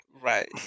Right